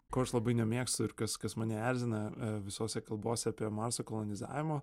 ko aš labai nemėgstu ir kas kas mane erzina visose kalbose apie marso kolonizavimą